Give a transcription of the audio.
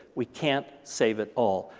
we can't save it all.